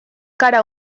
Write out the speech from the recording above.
gara